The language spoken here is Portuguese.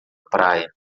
praia